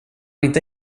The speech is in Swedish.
inte